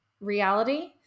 reality